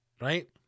Right